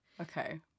Okay